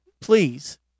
please